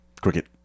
cricket